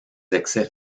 excès